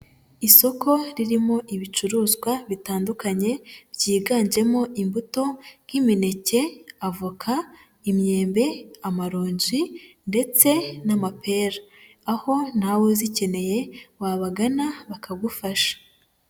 Isoko ririmo ibicuruzwa bitandukanye byiganjemo imbuto nk'imineke, avoka, imyembe, amaronji ndetse n'amapera, aho nawe uzikeneye wabagana bakagufasha.